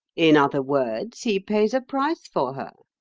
in other words, he pays a price for her.